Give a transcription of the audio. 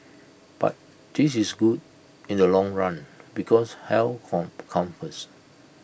but this is good in the long run because health from comes first